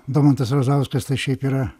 domantas razauskas tai šiaip yra